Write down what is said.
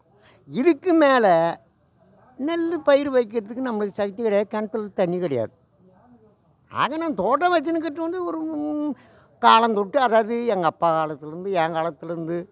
இதுக்கு மேலே நெல் பயிர் வைக்கிறதுக்கு நம்மளுக்கு சக்தி கிடையாது கிணத்துல தண்ணி கிடையாது ஆக நான் தோட்டம் வெச்சின்னுருக்கிறது வந்து ஒரு காலந்தொட்டு அதாவது எங்கள் அப்பா காலத்திலேருந்து என் காலத்திலேருந்து